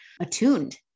attuned